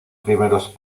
primeros